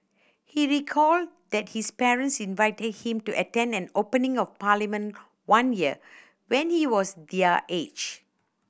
he recalled that his parents invited him to attend an opening of Parliament one year when he was their age